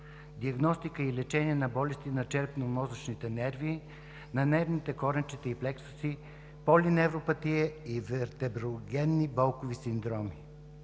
„Диагностика и лечение на болести на черепно-мозъчните нерви, на нервните коренчета и плексуси, полиневропатия и вертеброгенни болкови синдроми“.